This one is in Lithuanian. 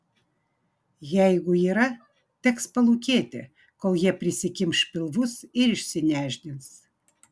jeigu yra teks palūkėti kol jie prisikimš pilvus ir išsinešdins